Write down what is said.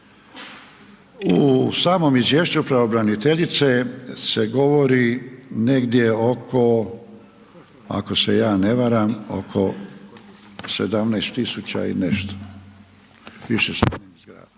U samom izvješću pravobraniteljice se govori negdje oko ako se ja ne varam, oko 17.000 i nešto. Ja sam